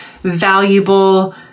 valuable